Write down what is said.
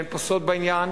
ואין פה סוד בעניין.